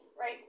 right